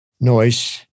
noise